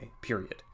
period